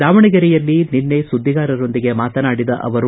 ದಾವಣಗೆರೆಯಲ್ಲಿ ನಿನ್ನೆ ಸುದ್ಗಿಗಾರರೊಂದಿಗೆ ಮಾತನಾಡಿದ ಅವರು